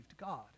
God